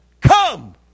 Come